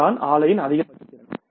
அதுதான் ஆலையின் அதிகபட்ச திறன்